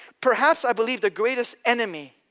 perhaps i believe the greatest enemy,